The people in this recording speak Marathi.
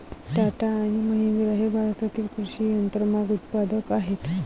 टाटा आणि महिंद्रा हे भारतातील कृषी यंत्रमाग उत्पादक आहेत